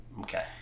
Okay